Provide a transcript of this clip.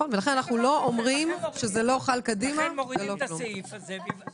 ולכן מורידים את הסעיף הזה.